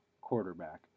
quarterback